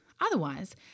Otherwise